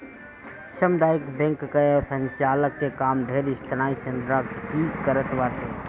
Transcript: सामुदायिक बैंक कअ संचालन के काम ढेर स्थानीय संस्था ही करत बाटे